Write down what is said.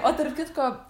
o tarp kitko ir